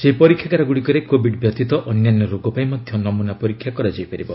ସେହି ପରୀକ୍ଷାଗାର ଗୁଡ଼ିକରେ କୋଭିଡ୍ ବ୍ୟତୀତ ଅନ୍ୟାନ୍ୟ ରୋଗ ପାଇଁ ମଧ୍ୟ ନମୁନା ପରୀକ୍ଷା କରାଯାଇ ପାରିବ